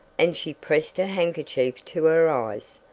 and she pressed her handkerchief to her eyes.